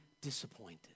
disappointed